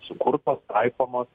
sukurtos taikomos